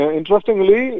Interestingly